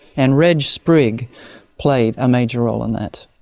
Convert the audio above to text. and reg sprigg played a major role in that.